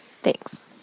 thanks